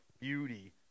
Beauty